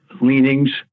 leanings